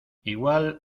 igual